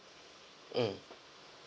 um